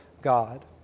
God